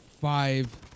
five